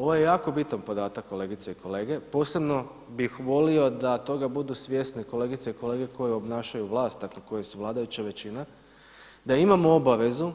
Ovo je jako bitan podatak kolegice i kolege, posebno bih volio da toga budu svjesni kolegice i kolege koji obnašaju vlast, dakle koji su vladajuća većina, da imamo obavezu